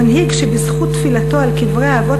המנהיג שבזכות תפילתו על קברי האבות